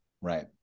Right